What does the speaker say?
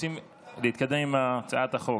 רוצים להתקדם עם הצעת החוק.